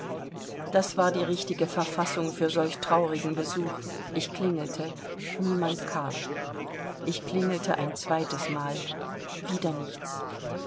das war die richtige verfassung für solch traurigen besuch ich klingelte niemand kam ich klingelte ein zweites mal wieder nichts